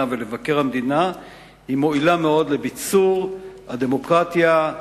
ולמבקר המדינה מועילים מאוד לביצור הדמוקרטיה,